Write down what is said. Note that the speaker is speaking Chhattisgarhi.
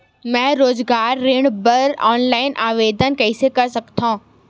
मैं रोजगार ऋण बर ऑनलाइन आवेदन कइसे कर सकथव?